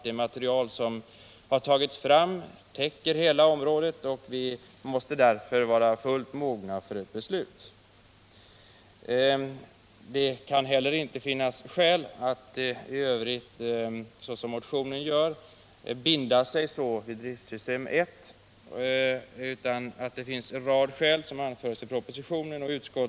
Det material som har tagits fram «Nr 80 täcker hela området, och vi måste därför vara fullt mogna för ett beslut. Det Onsdagen den kan inte heller finnas skäl att i övrigt, som motionen gör, binda sig vid 15 februari 1978 driftsystem 1. En rad skäl som anförs i propositionen och som framförts vid .